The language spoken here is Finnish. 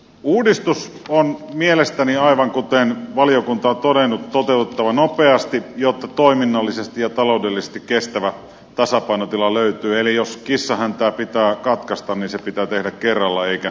uudistus on mielestäni aivan kuten valiokunta on todennut toteutettava nopeasti jotta toiminnallisesti ja taloudellisesti kestävä tasapainotila löytyy eli jos kissan häntä pitää katkaista niin se pitää tehdä kerralla eikä sentti kerrallaan